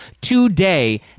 today